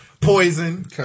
Poison